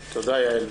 תודה, יעל.